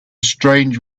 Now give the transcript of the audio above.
strange